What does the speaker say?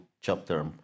chapter